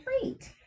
great